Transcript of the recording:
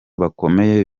bakomeye